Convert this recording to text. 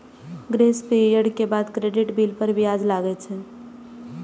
grace period के बाद credit bill पर ब्याज लागै छै